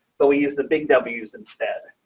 but we use the big w's instead